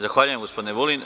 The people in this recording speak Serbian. Zahvaljujem gospodine Vulin.